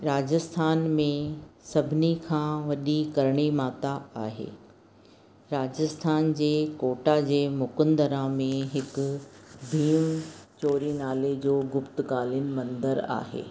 राजस्थान में सभिनी खां वॾी करणी माता आहे राजस्थान जे कोटा जे मुकुंदरा में हिकु भीम जोड़ी नाले जो गुप्तकालीन मंदरु आहे